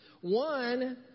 One